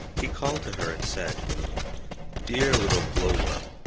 he called to her and said dear little glowworm,